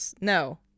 no